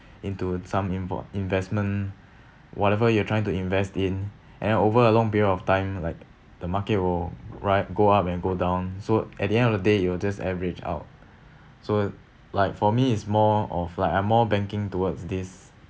into some in for investment whatever you're trying to invest in and then over a long period of time like the market will right go up and go down so at the end of the day you will just average out so like for me is more of like I'm more banking towards this